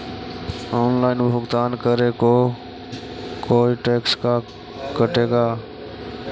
Online भुगतान करे को कोई टैक्स का कटेगा?